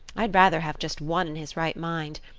i'd rather have just one in his right mind.